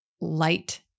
light